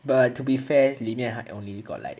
but to be fair 里面还 only got like